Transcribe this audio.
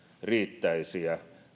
riittäisi